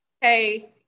hey